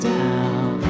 down